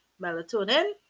melatonin